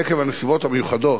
עקב הנסיבות המיוחדות,